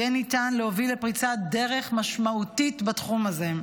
יהיה ניתן להוביל לפריצת דרך משמעותית בתחום הזה.